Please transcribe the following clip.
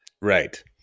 right